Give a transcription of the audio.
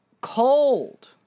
...cold